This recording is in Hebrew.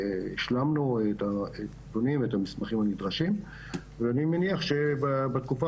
השלמנו את הנתונים ואת המסמכים הנדרשים ואני מניח שבתקופה